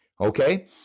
Okay